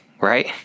right